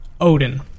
Odin